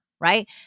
right